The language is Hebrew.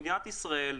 מדינת ישראל,